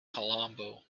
colombo